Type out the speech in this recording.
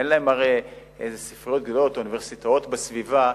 אין להם הרי איזה ספריות גדולות או אוניברסיטאות בסביבה,